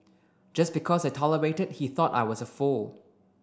just because I tolerated he thought I was a fool